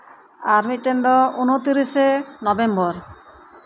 ᱟᱨ ᱢᱤᱫᱴᱮᱡ ᱫᱚ ᱩᱱᱛᱤᱨᱤᱥᱮ ᱱᱚᱵᱷᱮᱢᱵᱚᱨ